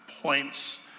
points